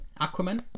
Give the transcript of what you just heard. Aquaman